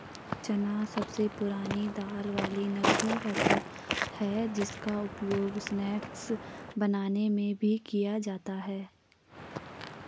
चना सबसे पुरानी दाल वाली नगदी फसल है जिसका उपयोग स्नैक्स बनाने में भी किया जाता है